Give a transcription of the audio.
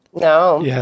No